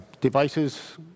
devices